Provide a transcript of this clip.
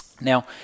Now